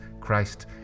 Christ